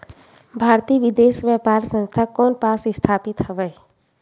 भारतीय विदेश व्यापार संस्था कोन पास स्थापित हवएं?